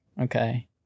okay